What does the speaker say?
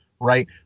Right